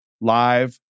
live